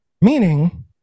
meaning